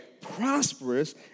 prosperous